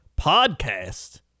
podcast